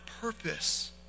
purpose